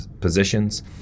positions